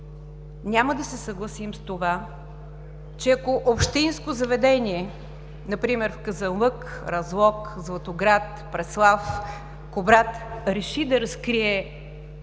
Няма да се съгласим с това, че ако общинско заведение, например в Казанлък, Разлог, Златоград, Преслав, Кубрат, реши да разкрие